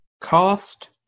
Cost